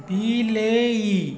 ବିଲେଇ